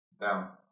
Down